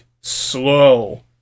slow